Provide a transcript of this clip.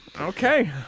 okay